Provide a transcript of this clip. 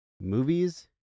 movies